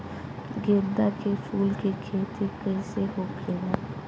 गेंदा के फूल की खेती कैसे होखेला?